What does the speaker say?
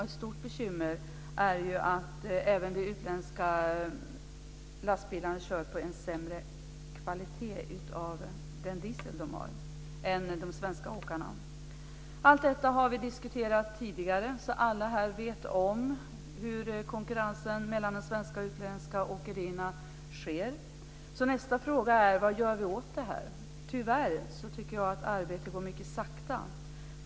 Ett stort bekymmer är att de utländska lastbilarna kör på diesel av sämre kvalitet än den svenska. Allt detta har vi diskuterat tidigare, så alla här vet hur konkurrensen mellan de svenska och utländska åkerierna sker. Nästa fråga är då: Vad gör vi åt det här? Tyvärr tycker jag att arbetet går mycket sakta.